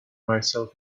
myself